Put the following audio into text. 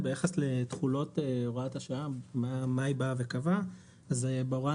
ביחס לתחולת הוראת השעה אז בהוראה